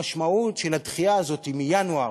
המשמעות של הדחייה הזאת מינואר,